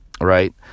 right